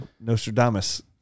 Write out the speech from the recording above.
Nostradamus